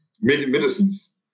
medicines